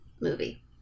movie